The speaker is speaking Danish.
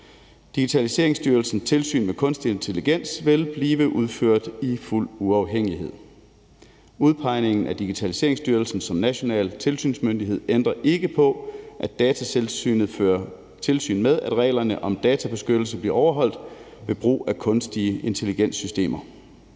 Digitaliseringsstyrelsens tilsyn med kunstig intelligens vil blive udført i fuld uafhængighed. Udpegningen at Digitaliseringsstyrelsen som national tilsynsmyndighed ændrer ikke på, at Datatilsynet fører tilsyn med, at reglerne om databeskyttelse bliver overholdt ved brug af kunstig intelligens-systemer,